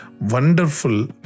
wonderful